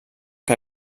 que